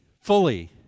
fully